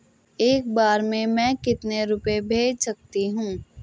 एक बार में मैं कितने रुपये भेज सकती हूँ?